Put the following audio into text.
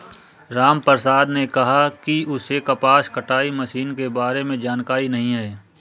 रामप्रसाद ने कहा कि उसे कपास कटाई मशीन के बारे में जानकारी नहीं है